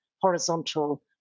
horizontal